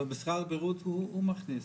אבל שר הבריאות הוא מחליט?